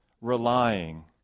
relying